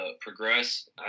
progress